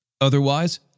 Otherwise